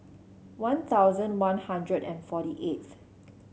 One Thousand One Hundred and forty eighth